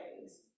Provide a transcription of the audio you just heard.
ways